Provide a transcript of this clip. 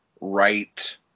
right